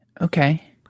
Okay